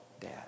dad